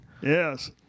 Yes